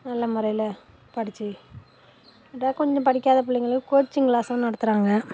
நல்ல முறையில் படிச்சு அப்டி கொஞ்சம் படிக்காத பிள்ளைங்களையும் கோச்சிங் கிளாஸும் நடத்துகிறாங்க